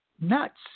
nuts